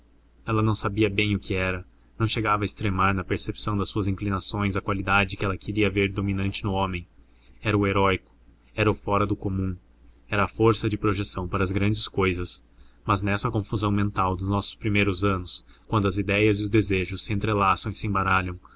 ela não sabia bem o que era não chegava e extremar na percepção das suas inclinações a qualidade que ela queria ver dominante no homem era o heróico era o fora do comum era a força de projeção para as grandes cousas mas nessa confusão mental dos nossos primeiros anos quando as idéias e os desejos se entrelaçam